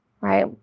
right